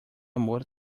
amor